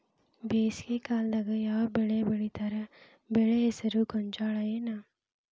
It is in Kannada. ಬೇಸಿಗೆ ಕಾಲದಾಗ ಯಾವ್ ಬೆಳಿ ಬೆಳಿತಾರ, ಬೆಳಿ ಹೆಸರು ಗೋಂಜಾಳ ಏನ್?